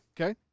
Okay